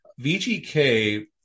VGK